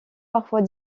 parfois